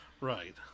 Right